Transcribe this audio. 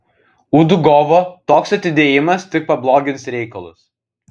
udugovo toks atidėjimas tik pablogins reikalus